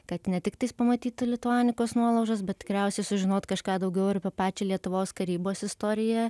kad ne tiktais pamatytų lituanikos nuolaužas bet tikriausiai sužinot kažką daugiau ir apie pačią lietuvos karybos istoriją